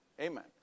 Amen